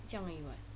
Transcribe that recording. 这样而已 [what]